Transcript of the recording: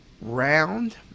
round